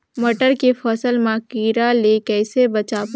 मटर के फसल मा कीड़ा ले कइसे बचाबो?